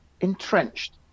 entrenched